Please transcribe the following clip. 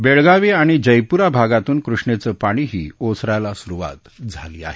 बेळगाव आणि विजयपूरा भागातून कृष्णेचं पाणीही ओसरायला सुरुवात झाली आहे